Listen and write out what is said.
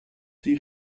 die